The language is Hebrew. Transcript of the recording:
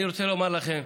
אני רוצה לומר לכם,